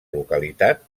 localitat